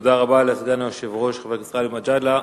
תודה רבה לסגן היושב-ראש, חבר הכנסת גאלב מג'אדלה.